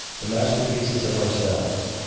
the masterpiece is of ourselves,